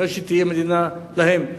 אחרי שתהיה מדינה להם,